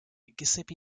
giuseppe